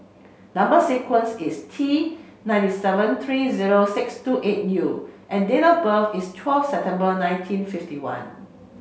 number sequence is T ninety seven three zero six two eight U and date of birth is twelve September nineteen fifty one